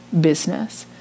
business